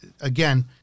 again